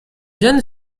jeune